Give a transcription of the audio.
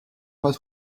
pas